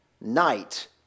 Night